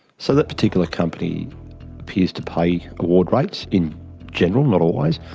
so that particular company appears to pay award rates in general, not always,